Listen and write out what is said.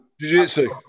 Jiu-Jitsu